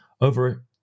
over